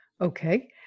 Okay